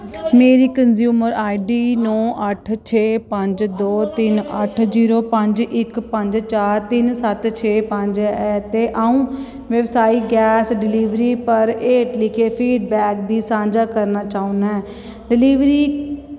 मेरी consumer ID नौ अट्ठ छे पंज दो तिन्न अट्ठ जीरो पंज इक पंज चार तिन्न सत्त छे पंज ऐ ते अ'ऊं व्यवसायक गैस डलीवरी पर हेठ लिखे फीडबैक गी सांझा करना चाह्न्नां ऐ डलीवरी